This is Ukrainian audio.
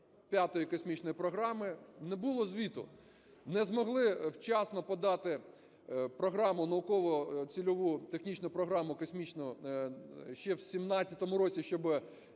П'ятої космічної програми. Не було звіту. Не змогли вчасно подати програму, науково-цільову технічну програму космічну ще в 17-му році, щоб